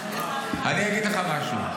אני אגיד לך משהו.